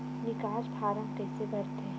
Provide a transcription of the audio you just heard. निकास फारम कइसे भरथे?